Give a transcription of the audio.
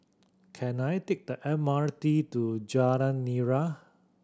can I take the M R T to Jalan Nira